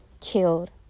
killed